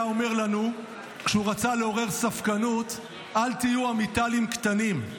היה אומר לנו כשהוא רצה לעורר ספקנות: אל תהיו עמיטלים קטנים,